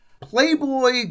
Playboy